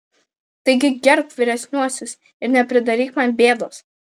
taigi gerbk vyresniuosius ir nepridaryk man bėdos